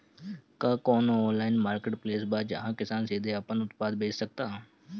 का कोनो online marketplace बा जहां किसान सीधे अपन उत्पाद बेच सकता?